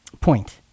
point